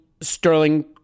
Sterling